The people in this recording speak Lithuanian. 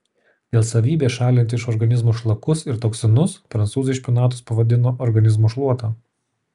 dėl savybės šalinti iš organizmo šlakus ir toksinus prancūzai špinatus pavadino organizmo šluota